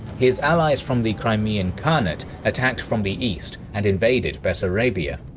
his allies from the crimean khanate attacked from the east and invaded bessarabia.